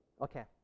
Okay